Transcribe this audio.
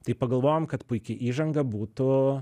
tai pagalvojom kad puiki įžanga būtų